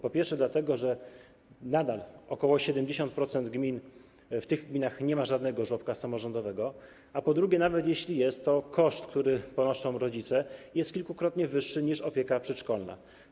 Po pierwsze, dlatego że nadal w ok. 70% gmin nie ma żadnego żłobka samorządowego, po drugie, nawet jeśli jest, to koszt, który ponoszą rodzice, jest kilkukrotnie wyższy niż koszt opieki przedszkolnej.